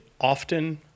often